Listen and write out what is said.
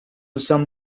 some